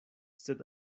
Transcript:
sed